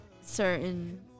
certain